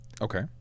Okay